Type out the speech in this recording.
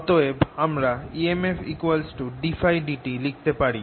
অতএব আমরা emfddtՓ লিখতে পারি